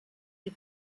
des